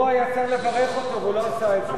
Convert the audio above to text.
קודמו היה צריך לברך אותו והוא לא עשה את זה.